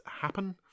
happen